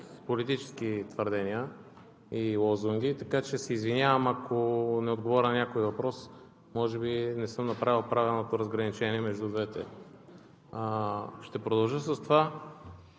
политически твърдения и лозунги, така че се извинявам, ако не отговоря на някой въпрос, може би не съм направил правилното разграничение между двете. Ще продължа с това,